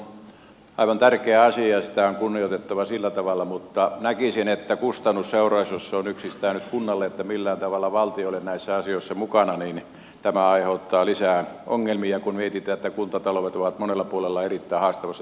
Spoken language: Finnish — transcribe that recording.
vammaisuus on aivan tärkeä asia ja sitä on kunnioitettava sillä tavalla mutta näkisin että kustannusseuraus jos se on yksistään nyt kunnalle että millään tavalla valtio ei ole näissä asioissa mukana aiheuttaa lisää ongelmia kun mietitään että kuntataloudet ovat monella puolella erittäin haastavassa tilanteessa